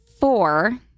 Four